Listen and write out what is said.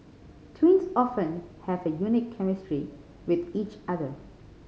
twins often have a unique chemistry with each other